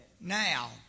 Now